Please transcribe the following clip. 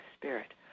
Spirit